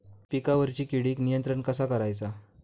पिकावरची किडीक नियंत्रण कसा करायचा?